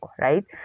right